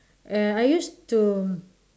err I used to